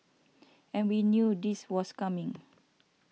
and we knew this was coming